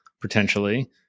potentially